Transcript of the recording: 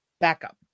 backup